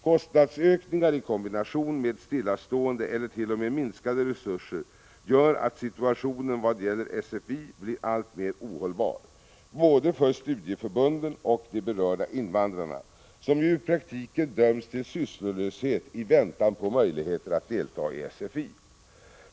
Kostnadsökningar i kombination med stillastående eller t.o.m. minskade resurser gör att situationen vad gäller SFI blir alltmer ohållbar, både för studieförbunden och för de berörda invandrarna, som ju i praktiken döms till sysslolöshet i väntan på möjligheter att delta i SFI.